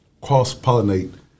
cross-pollinate